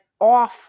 off